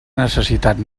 necessitat